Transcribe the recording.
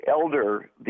elder